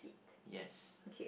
yes